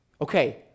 okay